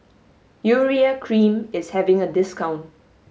urea cream is having a discount